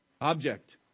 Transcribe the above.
object